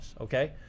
okay